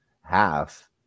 half